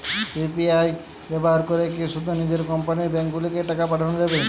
UPI ব্যবহার করে কি শুধু নিজের কোম্পানীর ব্যাংকগুলিতেই টাকা পাঠানো যাবে?